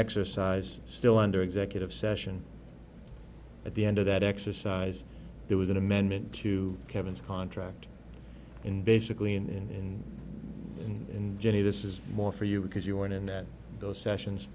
exercise still under executive session at the end of that exercise there was an amendment to kevin's contract and basically in and jenny this is more for you because you weren't in that those sessions